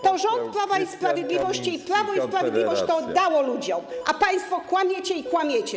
To rząd Prawa i Sprawiedliwości i Prawo i Sprawiedliwość to dało ludziom, a państwo kłamiecie i kłamiecie.